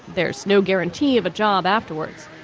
there's no guarantee of a job afterwards.